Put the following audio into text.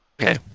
Okay